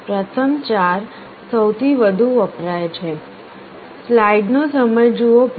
પ્રથમ ચાર સૌથી વધુ વપરાય છે